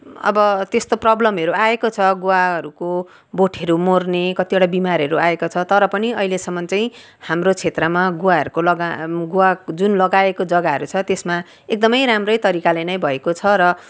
अब त्यस्तो प्रब्लमहरू आएको छ गुवाहरूको बोटहरू मर्ने कतिवटा बिमारहरू आएको छ तर पनि अहिलेसम्म्म चाहिँ हाम्रो क्षेत्रमा गुवाहरूको लगा गुवाको जुन लगाएको जगाहरू छ त्यसमा एकदम राम्रो तरिकाले नै भएको छ र